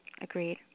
Agreed